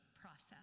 process